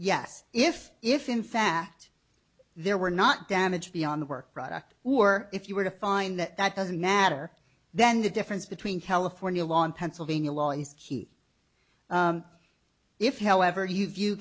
yes if if in fact there were not damaged beyond the work product or if you were to find that that doesn't matter then the difference between california law and pennsylvania law is key if however you view